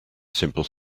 simple